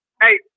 Hey